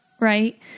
right